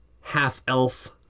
half-elf